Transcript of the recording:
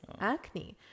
acne